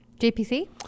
jpc